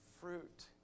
fruit